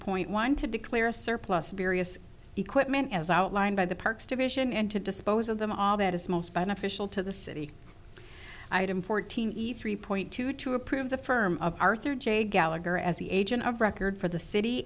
point one to declare a surplus of various equipment as outlined by the parks division and to dispose of them all that is most beneficial to the city and fourteen eat three point two to approve the firm of arthur j gallagher as the agent of record for the city